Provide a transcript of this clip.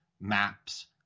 maps